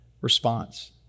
response